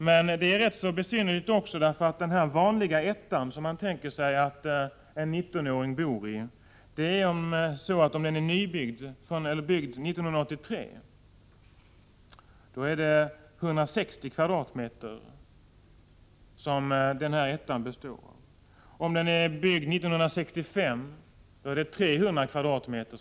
Men detta resonemang är besynnerligt också med tanke på att om den här vanliga ettan, som han tänker sig att en 19-åring bor i, är nybyggd eller byggd 1983, är den på 160 kvadratmeter. Om den är byggd 1965 är den på 300 kvadratmeter.